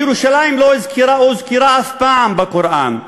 ירושלים לא הוזכרה אף פעם בקוראן,